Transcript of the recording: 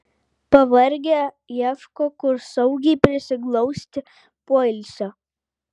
pavargę ieško kur saugiai prisiglausti poilsio